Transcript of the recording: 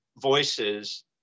voices